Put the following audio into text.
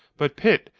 but pitt,